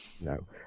no